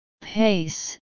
Pace